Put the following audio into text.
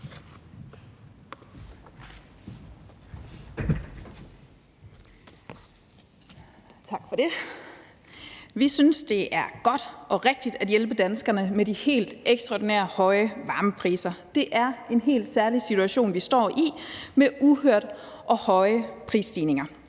Vi synes, det er godt og rigtigt at hjælpe danskerne med de helt ekstraordinært høje varmepriser. Det er en helt særlig situation, vi står i, med uhørt høje prisstigninger.